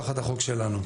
תחת החוק שלנו.